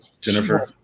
Jennifer